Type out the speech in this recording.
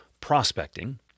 prospecting